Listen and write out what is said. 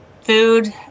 food